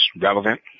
relevant